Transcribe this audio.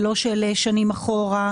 לא של שנים אחורה.